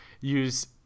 use